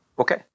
Okay